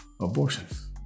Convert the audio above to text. abortions